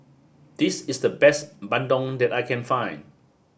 this is the best Bandung that I can find